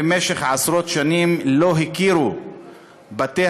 במשך עשרות שנים לא הכירו בתי-המשפט,